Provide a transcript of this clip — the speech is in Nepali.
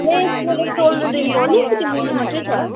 लेन्थ मेरो सोल्डरदेखिको अलिकति मुनि मात्रै छ